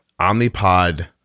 Omnipod